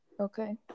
Okay